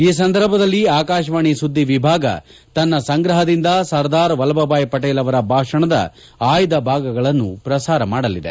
ಈ ಸಂದರ್ಭದಲ್ಲಿ ಆಕಾಶವಾಣಿ ಸುದ್ದಿ ವಿಭಾಗ ತನ್ನ ಸಂಗ್ರಹದಿಂದ ಸರ್ದಾರ್ ವಲ್ಲಭ್ ಭಾಯ್ ಪಟೇಲ್ ಅವರ ಭಾಷಣದ ಆಯ್ದ ಭಾಗಗಳನ್ನು ಪ್ರಸಾರ ಮಾಡಲಿದೆ